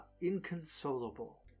inconsolable